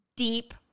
deep